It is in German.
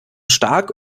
stark